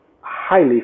highly